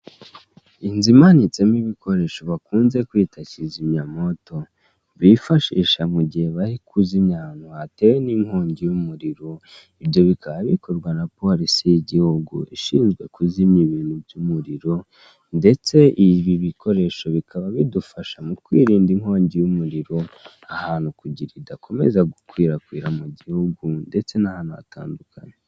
Inzu imanitsemo ibikoresho bakunze kwita kizimyamoto, bifashisha mu gihe bari kuzimya ahantu hatewe n'inkongi y'umuriro, ibyo bikaba bikorwa na polisi y'igihugu ishinzwe kuzimya ibintu by'umuriro ndetse ibi bikoresho bikaba bidufasha mu kwirinda inkongi y'umuriro ahantu kugira idakomeza gukwirakwira mu gihugu ndetse n'ahantu hatandukanye.